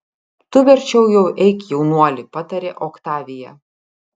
tu verčiau jau eik jaunuoli patarė oktavija